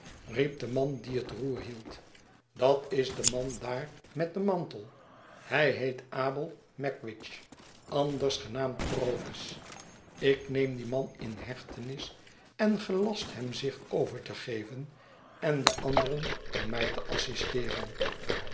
de man die het roer hield dat is de man daar met den mantel hij heet abel magwitch anders genaamd provis ik neem dien man in hechtenis en gelast hem zich over te geven en de anderen om mij te assisteeren